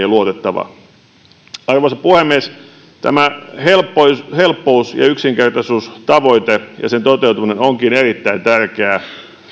luotettava arvoisa puhemies tämä helppous helppous ja yksinkertaisuustavoite ja sen toteutuminen onkin erittäin tärkeää